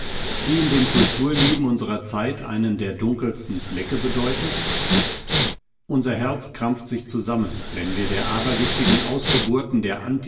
die in dem kulturleben unserer zeit einen der dunkelsten flecke bedeutet unser herz krampft sich zusammen wenn wir der aberwitzigen ausgeburten der